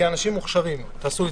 כאנשים מוכשרים, תעשו את